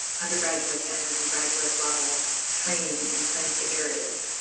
undergraduate and and graduate level training in scientific areas,